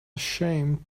ashamed